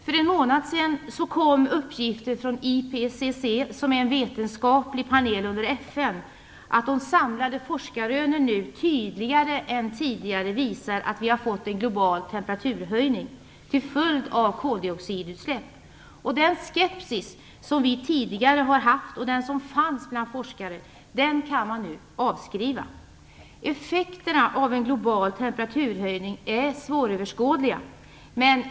För en månad sedan kom uppgifter från IPCC, som är en vetenskaplig panel under FN, att de samlade forskarrönen nu tydligare än tidigare visar att vi har fått en global temperaturhöjning till följd av koldioxidutsläppen. Den skepsis som tidigare funnits bland forskare kan man nu avskriva. Effekterna av en global temperaturhöjning är svåröverskådliga.